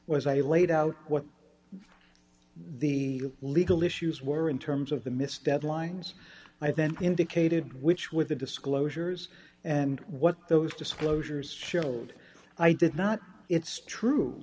was i laid out what the legal issues were in terms of the missed deadlines i then indicated which with the disclosures and what those disclosures showed i did not it's true